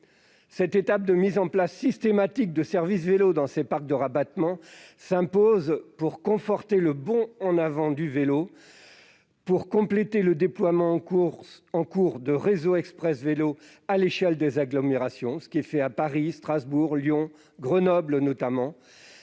L'installation systématique de services vélo dans les parcs de rabattement s'impose pour conforter le bond en avant du vélo, pour compléter le déploiement en cours de réseaux express vélo à l'échelle des agglomérations- cela se pratique à Paris, Strasbourg, Lyon ou encore